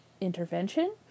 intervention